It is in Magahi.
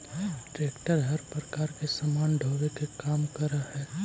ट्रेक्टर हर प्रकार के सामान ढोवे के काम करऽ हई